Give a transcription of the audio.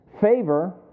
favor